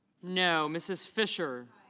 no. mrs. fisher